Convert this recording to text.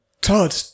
Todd